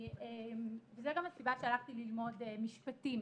זו גם הסיבה שהלכתי ללמוד משפטים.